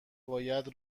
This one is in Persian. باید